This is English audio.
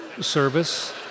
service